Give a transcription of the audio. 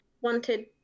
wanted